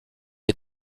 est